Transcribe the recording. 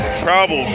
travel